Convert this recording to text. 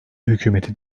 hükümeti